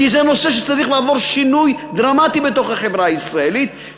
כי זה נושא שצריך לעבור שינוי דרמטי בהחברה הישראלית,